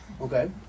Okay